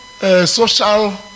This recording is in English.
social